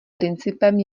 principem